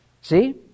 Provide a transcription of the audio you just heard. See